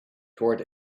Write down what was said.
toward